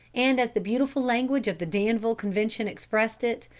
and as the beautiful language of the danville convention expressed it,